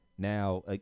Now